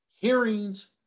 Hearings